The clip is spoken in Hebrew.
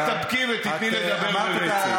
ושאלתי את המזכיר מה אני יכול לעשות,